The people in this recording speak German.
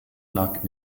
lag